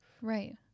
Right